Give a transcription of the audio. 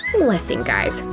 listen guys,